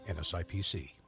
NSIPC